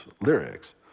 lyrics